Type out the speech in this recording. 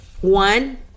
one